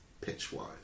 pitch-wise